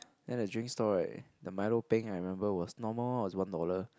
then the drink stall right the milo peng I remember was normal one was one dollar